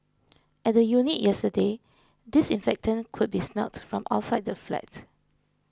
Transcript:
at the unit yesterday disinfectant could be smelt from outside the flat